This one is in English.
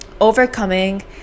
overcoming